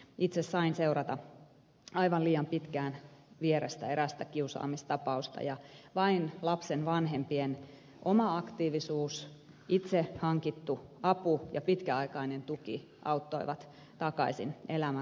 itse sain seurata aivan liian pitkään vierestä erästä kiusaamistapausta ja vain lapsen vanhempien oma aktiivisuus itse hankittu apu ja pitkäaikainen tuki auttoivat takaisin elämän raiteille